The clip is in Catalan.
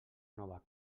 nova